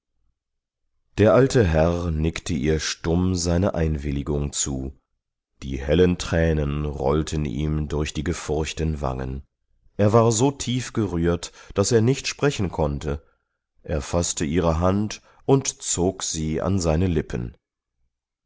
der alte herr nickte ihr stumm seine einwilligung zu die hellen tränen rollten ihm durch die gefurchten wangen er war so tief gerührt daß er nicht sprechen konnte er faßte ihre hand und zog sie an seine lippen